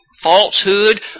falsehood